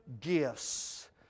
gifts